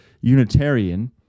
Unitarian